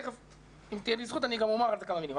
תכף גם אומר על זה כמה מילים,